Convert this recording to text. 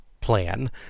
plan